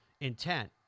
intent